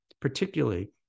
particularly